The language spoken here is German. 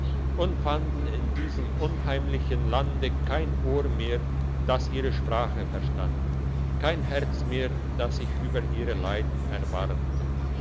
und fanden in diesem unheimlichen land kein ohr mehr das ihre sprache verstand kein herz mehr das sich über ihre leiden erbarmte